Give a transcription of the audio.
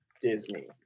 Disney